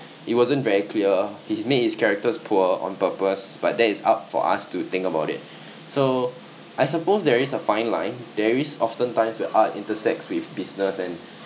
it wasn't very clear he made his characters poor on purpose but that is up for us to think about it so I suppose there is a fine line there is often times where art intersects with business and